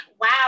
wow